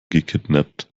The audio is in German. gekidnappt